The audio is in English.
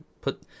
put